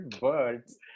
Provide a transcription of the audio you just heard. birds